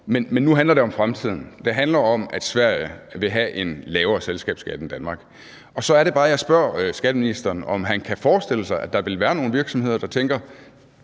men nu handler det om fremtiden. Det handler om, at Sverige vil have en lavere selskabsskat end Danmark. Så er det bare, jeg spørger skatteministeren, om han kan forestille sig, at der vil være nogle virksomheder, der tænker: